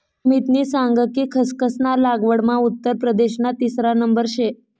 सुमितनी सांग कि खसखस ना लागवडमा उत्तर प्रदेशना तिसरा नंबर शे